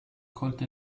called